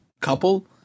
couple